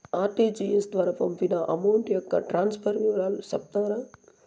RTGS ద్వారా పంపిన amount యొక్క ట్రాన్స్ఫర్ వివరాలు సెప్తారా